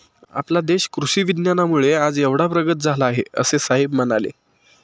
आपला देश कृषी विज्ञानामुळे आज एवढा प्रगत झाला आहे, असे साहेब म्हणाले